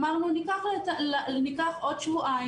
אמרנו: ניקח עוד שבועיים,